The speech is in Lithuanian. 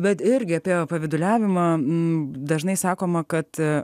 bet irgi apie pavyduliavimą dažnai sakoma kad